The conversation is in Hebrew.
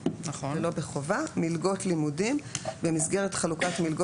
זה לא חובה מלגות לימודים במסגרת חלוקת מלגות על